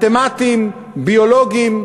מתמטיים, ביולוגיים.